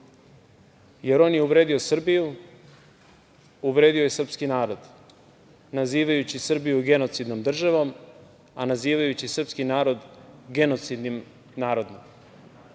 jer on je uvredio Srbiju, uvredio je srpski narod, nazivajući Srbiju genocidnom državom, a nazivajući srpski narod genocidnim narodom